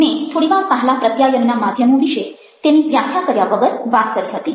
મેં થોડી વાર પહેલા પ્રત્યાયનના માધ્યમો વિશે તેની વ્યાખ્યા કર્યા વગર વાત કરી હતી